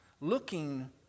looking